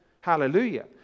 Hallelujah